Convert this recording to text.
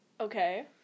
Okay